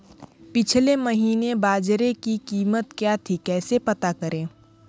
पिछले महीने बाजरे की कीमत क्या थी कैसे पता करें?